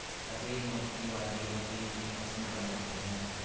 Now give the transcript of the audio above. सफेद मक्खी व दीमक किन किन फसलों पर लगते हैं?